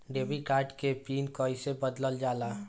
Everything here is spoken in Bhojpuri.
डेबिट कार्ड के पिन कईसे बदलल जाला?